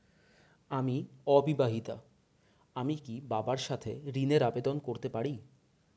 আমি অবিবাহিতা আমি কি বাবার সাথে ঋণের আবেদন করতে পারি?